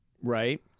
right